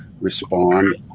respond